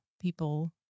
people